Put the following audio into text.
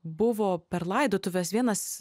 buvo per laidotuves vienas